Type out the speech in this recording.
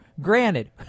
granted